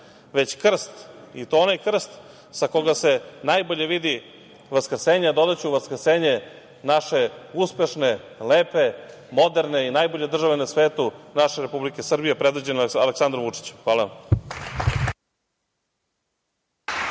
već krst, i to onaj krst sa koga se najbolje vidi vaskrsenje, a dodaću vaskrsenje naše uspešne, lepe, moderne i najbolje države na svetu, naše Republike Srbije predvođene Aleksandrom Vučićem. Hvala vam.